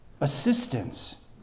assistance